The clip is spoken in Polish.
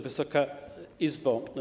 Wysoka Izbo!